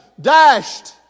dashed